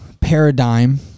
paradigm